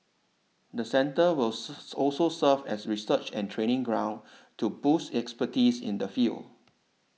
the centre will also serve as a research and training ground to boost expertise in the field